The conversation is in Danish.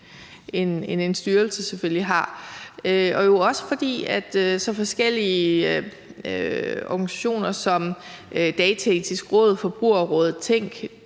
end en styrelse selvfølgelig har, og jo også fordi at så forskellige organisationer som Dataetisk Råd, Forbrugerrådet Tænk,